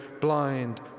blind